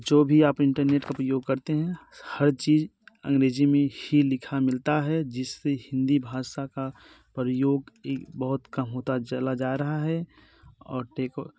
जो भी आप इंटरनेट का प्रयोग करते हैं हर चीज़ अंग्रेज़ी में ही लिखा मिलता है जिससे हिन्दी भाषा का प्रयोग बहुत कम होता चला जा रहा है और टेको